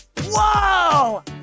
Whoa